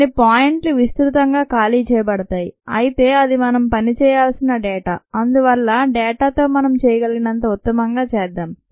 కొన్ని పాయింట్లు విస్తృతంగా ఖాళీ చేయబడతాయి అయితే ఇది మనం పనిచేయాల్సిన డేటా అందువల్ల డేటాతో మనం చేయగలిగినంత ఉత్తమంగా చేద్దాం